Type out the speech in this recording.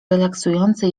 relaksujący